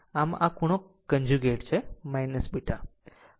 આમ જ આ ખૂણો કન્જુગેટ છે β